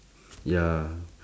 ya